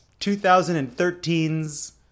2013's